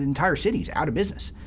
entire cities, out of business.